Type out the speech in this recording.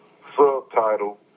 Subtitle